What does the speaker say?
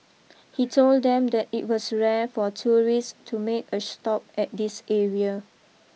he told them that it was rare for tourists to make a stop at this area